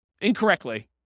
incorrectly